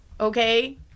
Okay